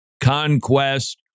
conquest